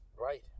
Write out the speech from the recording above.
Right